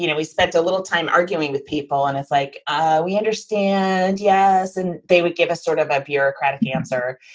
you know we spent a little time arguing with people, and it's like ah we understand. yeah yes. and they would give us sort of a bureaucratic answer.